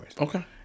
Okay